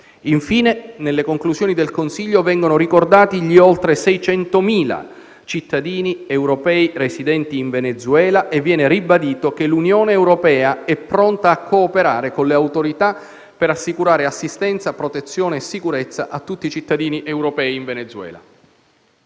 Infine, nelle conclusioni del Consiglio vengono ricordati gli oltre 600.000 cittadini europei residenti in Venezuela e viene ribadito che l'Unione europea è pronta a cooperare con le autorità per assicurare assistenza, protezione e sicurezza a tutti i cittadini europei in Venezuela.